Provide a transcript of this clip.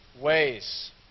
ways